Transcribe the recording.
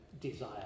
desire